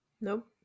Nope